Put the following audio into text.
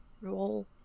roll